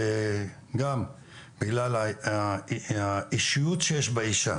גם בגלל האישיות שיש באישה